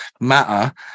matter